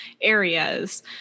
areas